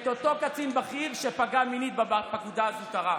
את אותו קצין בכיר שפגע מינית בפקודה הזוטרה.